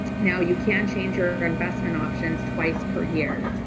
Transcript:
now you can change your investment option twice per year.